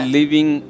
living